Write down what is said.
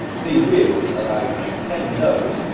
these wheels allow you to maintain those,